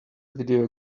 video